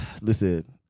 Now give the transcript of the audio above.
listen